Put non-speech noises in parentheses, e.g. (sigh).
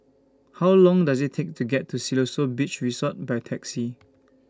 How Long Does IT Take to get to Siloso Beach Resort By Taxi (noise)